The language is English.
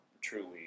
truly